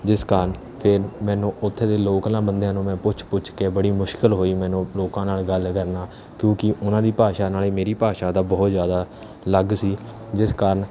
ਜਿਸ ਕਾਰਨ ਫਿਰ ਮੈਨੂੰ ਉੱਥੇ ਦੇ ਲੋਕਲਾਂ ਬੰਦਿਆਂ ਨੂੰ ਮੈਂ ਪੁੱਛ ਪੁੱਛ ਕੇ ਬੜੀ ਮੁਸ਼ਕਿਲ ਹੋਈ ਮੈਨੂੰ ਲੋਕਾਂ ਨਾਲ ਗੱਲ ਕਰਨਾ ਕਿਉਂਕਿ ਉਹਨਾਂ ਦੀ ਭਾਸ਼ਾ ਨਾਲੇ ਮੇਰੀ ਭਾਸ਼ਾ ਦਾ ਬਹੁਤ ਜ਼ਿਆਦਾ ਅਲੱਗ ਸੀ ਜਿਸ ਕਾਰਨ